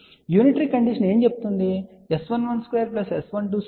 కాబట్టి unitary condition ఏమి చెబుతుంది S211 S212 S2131